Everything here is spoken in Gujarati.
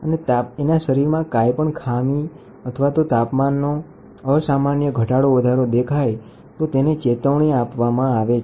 અને વ્યક્તિનુ તાપમાન માપે છે અને કાંઈ પણ ખામી દેખાય તો તે ચેતવણી આપે છે